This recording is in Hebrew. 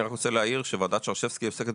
אני רק רוצה להכיר שוועדת שרשבסקי עוסקת